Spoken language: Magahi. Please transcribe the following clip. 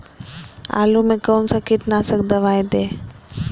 आलू में कौन सा कीटनाशक दवाएं दे?